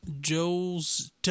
Joel's